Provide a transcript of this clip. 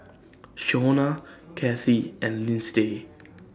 Shaunna Cathie and Lyndsay